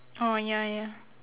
orh ya ya